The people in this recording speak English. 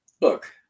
look